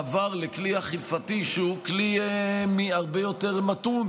יש בזה מעבר לכלי אכיפתי שהוא כלי הרבה יותר מתון,